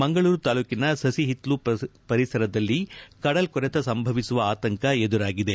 ಮಂಗಳೂರು ತಾಲೂಕಿನ ಸಸಿಹಿತ್ಲು ಪರಿಸರದಲ್ಲಿ ಕಡಲ್ಕೊರೆತ ಸಂಭವಿಸುವ ಆತಂಕ ಎದುರಾಗಿದೆ